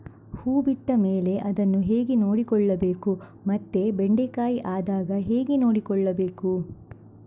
ಹೂ ಬಿಟ್ಟ ಮೇಲೆ ಅದನ್ನು ಹೇಗೆ ನೋಡಿಕೊಳ್ಳಬೇಕು ಮತ್ತೆ ಬೆಂಡೆ ಕಾಯಿ ಆದಾಗ ಹೇಗೆ ನೋಡಿಕೊಳ್ಳಬೇಕು?